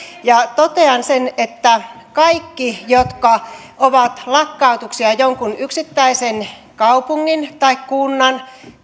totean sen että kaikki jotka ovat lakkautuksia ovat jonkun yksittäisen kaupungin tai kunnan